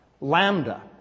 lambda